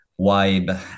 vibe